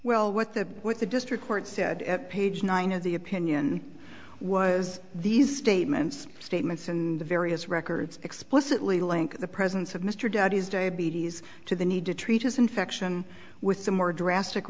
well with the with the district court said at page nine of the opinion was these statements statements and the various records explicitly link the presence of mr daddy's diabetes to the need to treat his infection with the more drastic